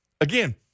again